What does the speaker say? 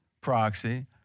proxy